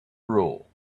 rule